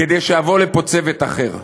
כדי שיבוא לפה צוות אחר.